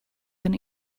been